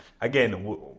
again